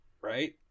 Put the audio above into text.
right